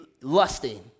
lusting